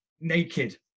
naked